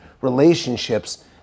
relationships